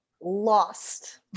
lost